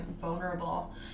vulnerable